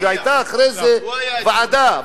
והיתה אחרי זה ועדה,